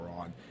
on